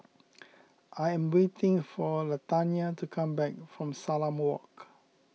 I am waiting for Latanya to come back from Salam Walk